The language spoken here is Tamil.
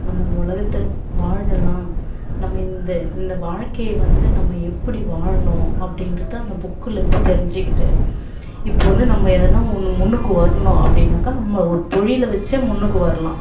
நம்ம உலகத்தை வாழலாம் நம்ம இந்த இந்த வாழ்க்கையை வந்து நம்ம எப்படி வாழணும் அப்படின்றத அந்த புக்குலேருந்து தெரிஞ்சுக்கிட்டேன் இப்போது வந்து நம்ம எதுனா ஒன்று முன்னுக்கு வரணும் அப்படினாக்கா நம்ம ஒரு தொழிலை வச்சே முன்னுக்கு வரலாம்